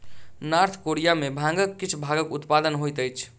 north Korea में भांगक किछ भागक उत्पादन होइत अछि